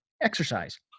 exercise